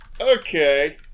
Okay